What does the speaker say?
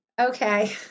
okay